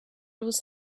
was